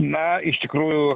na iš tikrųjų